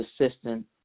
assistant